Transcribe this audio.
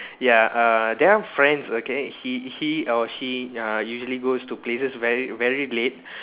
ya err there are friends okay he he or she uh usually goes to places very very late